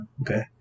Okay